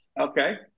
Okay